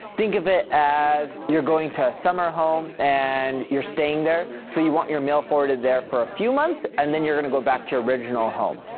think of it as you're going to a summer home and you're staying there, so you want your mail forwarded there for a few months, and then your going to go back to your original home.